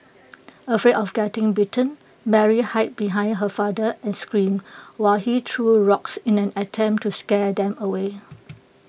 afraid of getting bitten Mary hid behind her father and screamed while he threw rocks in an attempt to scare them away